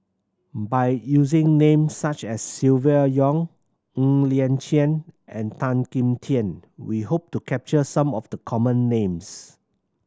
by using names such as Silvia Yong Ng Liang Chiang and Tan Kim Tian we hope to capture some of the common names